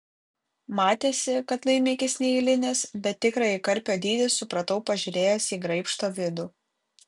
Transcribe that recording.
matėsi kad laimikis neeilinis bet tikrąjį karpio dydį supratau pažiūrėjęs į graibšto vidų